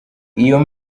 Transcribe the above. iyi